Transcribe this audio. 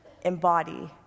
embody